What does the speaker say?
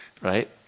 right